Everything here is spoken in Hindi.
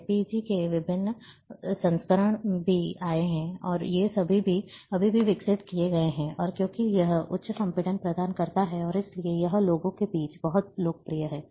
जेपीईजी के विभिन्न संस्करण भी आए हैं और ये अभी भी विकसित किए गए हैं और क्योंकि यह उच्च संपीड़न प्रदान करता है और इसलिए यह लोगों के बीच बहुत लोकप्रिय है